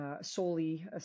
solely